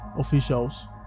officials